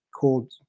called